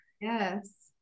Yes